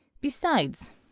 Besides